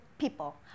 People